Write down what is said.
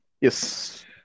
Yes